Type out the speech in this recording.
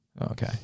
okay